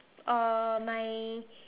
uh my